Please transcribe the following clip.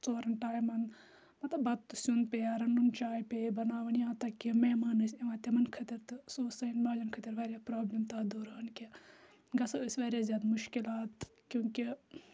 ژورَن ٹَایمَن مَطلَب بَتہ سِیُن پیٚیا رَنُن چٲے پیٚیے بَناوٕنۍ یا حَتا کہِ مِہمان أسۍ یِوان تِمَن خٲطرٕ تہٕ سُہ أسۍ سانٮ۪ن مالؠَن خٲطرٕ وارِیاہ پرابلِم تَتھ دوران کہِ گژھان أسۍ واریاہ زیادٕ مُشکِلات کیونکہِ